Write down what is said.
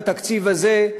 בתקציב הזה,